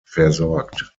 versorgt